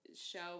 show